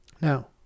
Now